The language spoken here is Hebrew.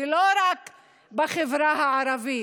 ולא רק בחברה הערבית.